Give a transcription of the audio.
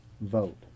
vote